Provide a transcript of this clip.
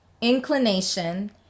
inclination